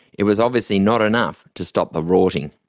it was obviously not enough to stop the rorting.